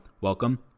welcome